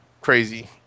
crazy